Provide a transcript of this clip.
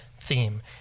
theme